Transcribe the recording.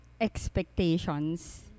expectations